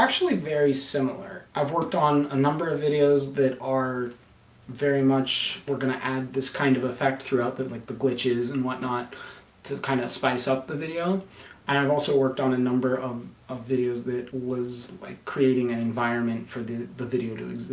actually very similar. i've worked on a number of videos that are very much we're gonna add this kind of effect throughout the, like the glitches and whatnot to kind of spice up the video and i've have also worked on a number of of videos that was like creating an environment for the the video doing?